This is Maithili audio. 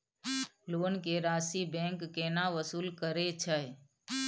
लोन के राशि बैंक केना वसूल करे छै?